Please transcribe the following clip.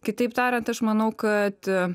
kitaip tariant aš manau kad